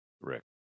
Rick